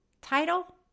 title